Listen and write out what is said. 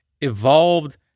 evolved